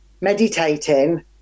meditating